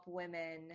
women